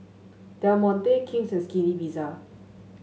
Del Monte King's and Skinny Pizza